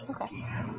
okay